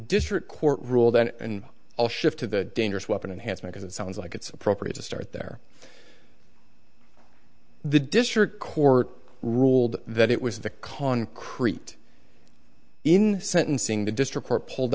district court ruled and all shifted the dangerous weapon and has because it sounds like it's appropriate to start there the district court ruled that it was the concrete in sentencing the district court pulled